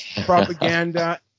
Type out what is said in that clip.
propaganda